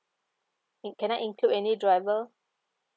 in~ can I include any driver